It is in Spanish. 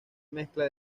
mezcla